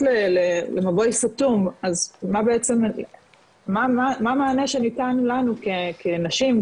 למבוי סתום אז מה בעצם המענה שניתן לנו כנשים?